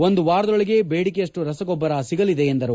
ಒಂದು ವಾರದೊಳಗೆ ಬೇಡಿಕೆಯಷ್ಟು ರಸಗೊಬ್ಬರ ಸಿಗಲಿದೆ ಎಂದರು